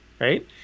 Right